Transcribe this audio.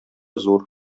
зур